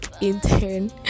intern